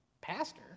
Pastor